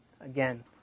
again